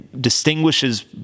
distinguishes